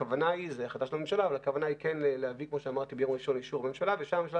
הכוונה היא כן להביא ביום ראשון לאישור ממשלה ושם הממשלה